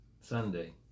sunday